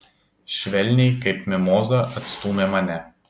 švelniai kaip mimozą atstūmė mane